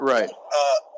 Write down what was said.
Right